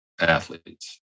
athletes